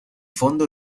fondo